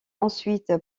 ensuite